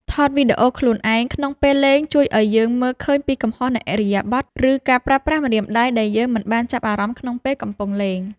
ថតវីដេអូខ្លួនឯងក្នុងពេលលេងជួយឱ្យយើងមើលឃើញពីកំហុសនៃឥរិយាបថ ឬការប្រើប្រាស់ម្រាមដៃដែលយើងមិនបានចាប់អារម្មណ៍ក្នុងពេលកំពុងលេង។